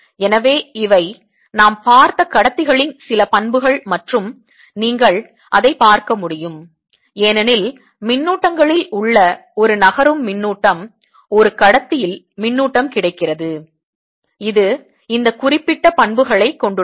எனவே இவை நாம் பார்த்த கடத்திகளின் சில பண்புகள் மற்றும் நீங்கள் அதை பார்க்க முடியும் ஏனெனில் மின்னூட்டங்களில் உள்ள ஒரு நகரும் மின்னூட்டம் ஒரு கடத்தியில் மின்னூட்டம் கிடைக்கிறது இது இந்த குறிப்பிட்ட பண்புகளைக் கொண்டுள்ளது